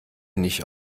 nicht